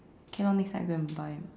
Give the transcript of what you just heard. okay lor next time I go and buy